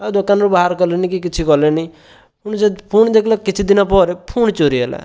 ଆଉ ଦୋକାନରୁ ବାହାର କଲିନି କି କିଛି କଲିନି ପୁଣି ଦେଖିଲାବେଳକୁ ପୁଣି କିଛି ଦିନ ପରେ ପୁଣି ଚୋରି ହେଲା